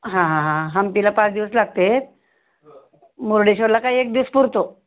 हां हां हां हंपीला पाच दिवस लागते मुर्डेश्वरला काय एक दिवस पुरतो